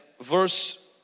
verse